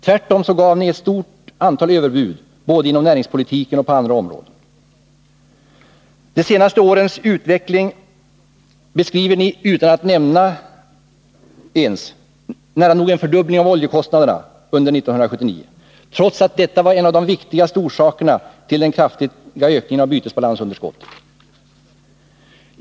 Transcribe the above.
Tvärtom gav ni ett stort antal överbud både inom näringspoli tiken och på andra områden. De senaste årens utveckling beskriver ni utan att ens nämna att oljekostnaderna nära nog fördubblades under 1979, trots att detta var en av de viktigaste orsakerna till den kraftiga ökningen av bytesbalansunderskottet.